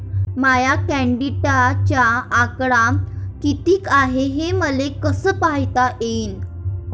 माया क्रेडिटचा आकडा कितीक हाय हे मले कस पायता येईन?